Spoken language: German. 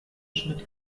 schmidt